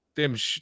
temos